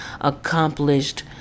accomplished